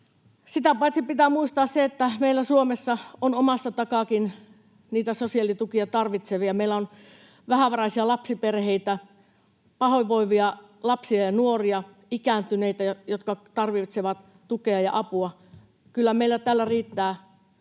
Sitä paitsi pitää muistaa se, että meillä Suomessa on omasta takaakin niitä sosiaalitukia tarvitsevia. Meillä on vähävaraisia lapsiperheitä, pahoinvoivia lapsia ja nuoria, ikääntyneitä, jotka tarvitsevat tukea ja apua. Kyllä meillä täällä riittää